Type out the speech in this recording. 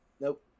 Nope